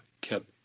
kept